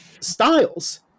styles